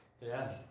Yes